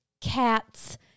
cats